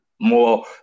more